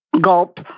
gulp